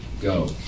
go